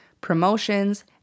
promotions